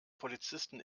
polizisten